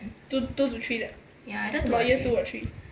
two two to three lah about year two or three